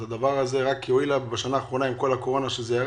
אז הדבר הזה רק יועיל לה עם כל הקורונה בשנה האחרונה.